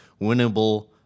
winnable